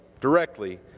directly